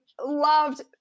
loved